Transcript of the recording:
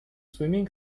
swimming